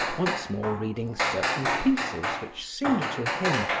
once more reading certain pieces which seemed to him,